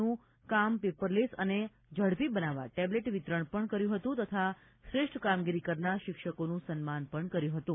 નું કામ પેપરલેસ અને ઝડપી બનાવવા ટેબ્લેટ વિતરણ પણ કર્યું હતું તથા શ્રેષ્ઠ કામગીરી કરનાર શિક્ષકોનું સન્માન કર્યું હતું